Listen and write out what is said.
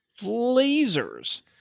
lasers